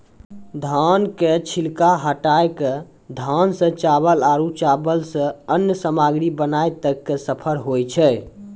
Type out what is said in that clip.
धान के छिलका हटाय कॅ धान सॅ चावल आरो चावल सॅ अन्य सामग्री बनाय तक के सफर होय छै